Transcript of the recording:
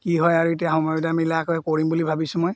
কি হয় আৰু এতিয়া সময় সুবিধা মিলাই আকৌ কৰিম বুলি ভাবিছোঁ মই